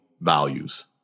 values